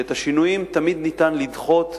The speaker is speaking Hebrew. כי את השינויים תמיד אפשר לדחות